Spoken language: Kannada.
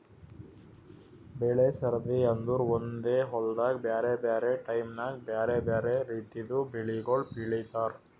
ಬೆಳೆ ಸರದಿ ಅಂದುರ್ ಒಂದೆ ಹೊಲ್ದಾಗ್ ಬ್ಯಾರೆ ಬ್ಯಾರೆ ಟೈಮ್ ನ್ಯಾಗ್ ಬ್ಯಾರೆ ಬ್ಯಾರೆ ರಿತಿದು ಬೆಳಿಗೊಳ್ ಬೆಳೀತಾರ್